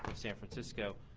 san francisco.